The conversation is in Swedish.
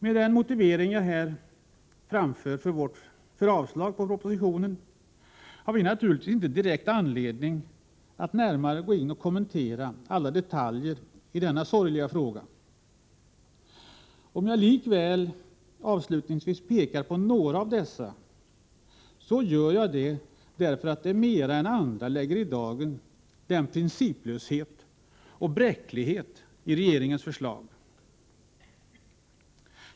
Med den motivering jag här framför för vårt avslag på propositionen har vi naturligtvis inte direkt anledning att närmare kommentera alla detaljer i denna sorgliga fråga. Om jag likväl avslutningsvis pekar på några av dessa, gör jag det därför att de mer än andra lägger i dagen principlösheten och bräckligheten i regeringens förslag.